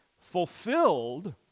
fulfilled